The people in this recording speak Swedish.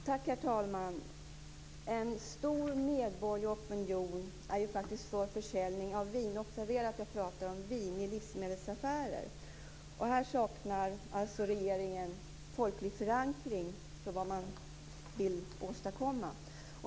Herr talman! En stor medborgerlig opinion är faktiskt för försäljning av vin - observera att jag talar om vin - i livsmedelsaffärer. Här saknar regeringen folklig förankring för det som man vill åstadkomma.